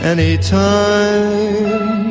Anytime